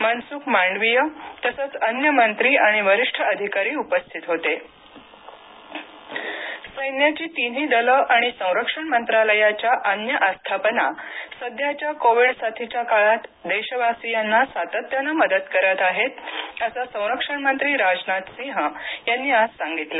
मनसुख मांडवीय तसंच अन्य मंत्री आणि वरीष्ठ अधिकारी उपस्थित होते राजनाथ सिंह सैन्याची तिन्ही दलं आणि संरक्षण मंत्रालयाच्या अन्य आस्थापना सध्याच्या कोविड साथीच्या काळात देशवासीयांना सातत्यानं मदत करत आहेत असं संरक्षा मंत्री राजनाथ सिंह यांनी आज सांगितलं